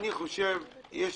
אני חושב שיש